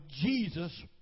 Jesus